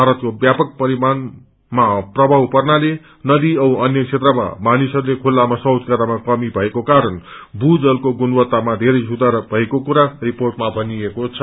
भारतको व्यापक परिमाणमा पर्नाले नदी औ अन्य क्षेत्रमा मानिसहस्ले खुत्लामा शौच गर्नमा कमी भएको कारण भू जलको गुणवत्तामा बेरै सुधार भएको कुरा रिर्पोटमा भनिएको छ